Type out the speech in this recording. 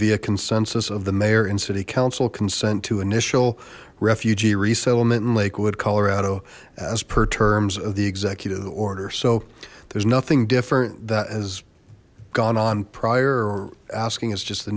via consensus of the mayor and city council consent to initial refugee resettlement in lakewood colorado as per terms of the executive order so there's nothing different that has gone on prior or asking it's just